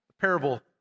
parable